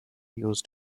used